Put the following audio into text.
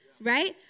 Right